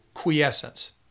quiescence